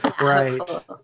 Right